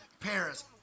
Paris